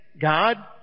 God